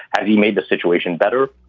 has he made the situation better?